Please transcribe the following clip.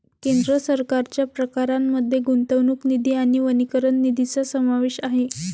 केंद्र सरकारच्या प्रकारांमध्ये गुंतवणूक निधी आणि वनीकरण निधीचा समावेश आहे